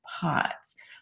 POTS